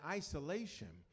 isolation